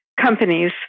companies